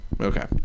Okay